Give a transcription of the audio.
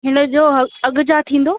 हिनजो ह अघि छा थींदो